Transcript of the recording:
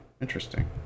interesting